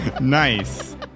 Nice